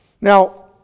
Now